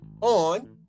on